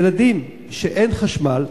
ילדים, כשאין חשמל,